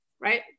right